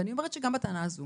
ואני אומרת שגם בטענה הזו